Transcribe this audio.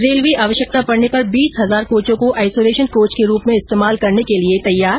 railway आवश्यकता पडने पर बीस हजार कोचों को आइसोलेशन कोच के रूप में इस्तेमाल करने के लिए तैयार